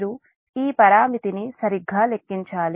మీరు ఈ పరామితిని సరిగ్గా లెక్కించాలి